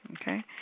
Okay